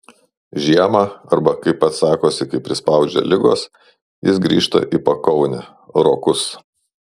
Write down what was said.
žiemą arba kaip pats sakosi kai prispaudžia ligos jis grįžta į pakaunę rokus